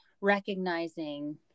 recognizing